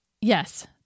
Yes